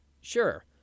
Sure